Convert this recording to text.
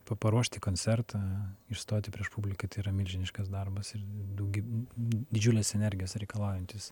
pa paruošti koncertą išstoti prieš publiką tai yra milžiniškas darbas ir daugyb didžiulės energijos reikalaujantis